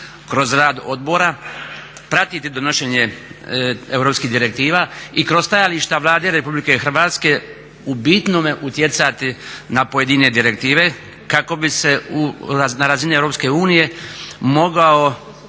kroz rad odbora pratiti donošenje europskih direktiva i kroz stajališta Vlade Republike Hrvatske u bitnom utjecati na pojedine direktive kako bi se na razini Europske